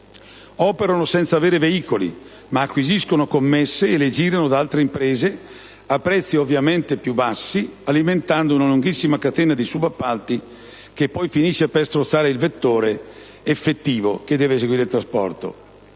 operano senza avere veicoli, ma acquisiscono commesse e le girano ad altre imprese a prezzi ovviamente più bassi, alimentando una lunghissima catena di subappalti che poi finisce per strozzare il vettore effettivo che deve eseguire il trasporto.